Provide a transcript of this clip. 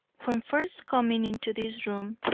when first coming into this room,